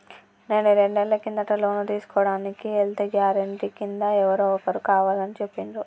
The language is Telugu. నేను రెండేళ్ల కిందట లోను తీసుకోడానికి ఎల్తే గారెంటీ కింద ఎవరో ఒకరు కావాలని చెప్పిండ్రు